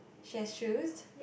she has shoes